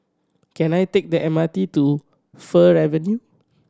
can I take the M R T to Fir Avenue